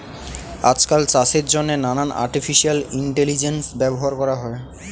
আজকাল চাষের জন্যে নানান আর্টিফিশিয়াল ইন্টেলিজেন্স ব্যবহার করা হয়